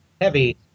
heavy